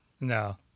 No